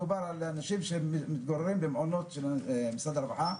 מדובר על אנשים שמתגוררים במעונות של משרד הרווחה.